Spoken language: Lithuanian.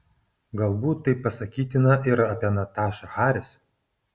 galbūt tai pasakytina ir apie natašą haris